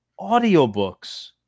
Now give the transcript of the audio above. audiobooks